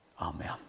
Amen